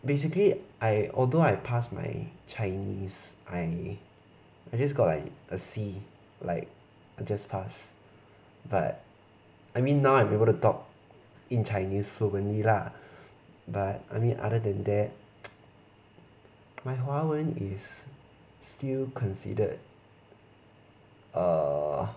basically I although I passed my chinese I I just got like a C like I just pass but I mean now I'm able to talk in chinese fluently lah but I mean other than that my 华文 is still considered err